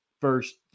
first